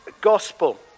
Gospel